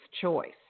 choice